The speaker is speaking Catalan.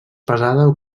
pesada